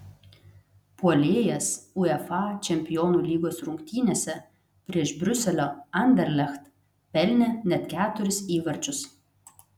puolėjas uefa čempionų lygos rungtynėse prieš briuselio anderlecht pelnė net keturis įvarčius